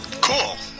Cool